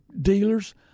dealers